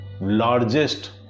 largest